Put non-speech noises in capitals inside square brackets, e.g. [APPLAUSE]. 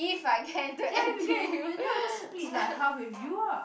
ya if you can [NOISE] then I just split like half with you ah